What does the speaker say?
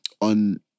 On